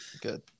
Good